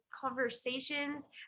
conversations